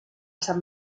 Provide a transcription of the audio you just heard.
sant